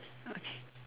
okay